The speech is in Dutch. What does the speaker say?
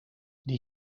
die